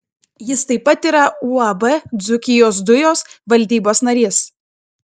jis taip pat yra uab dzūkijos dujos valdybos narys